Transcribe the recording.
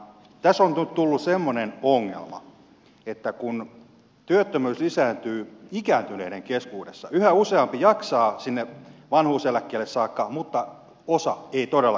tässä on nyt tullut semmoinen ongelma että kun työttömyys lisääntyy ikääntyneiden keskuudessa yhä useampi jaksaa sinne vanhuuseläkkeelle saakka mutta osa ei todellakaan jaksa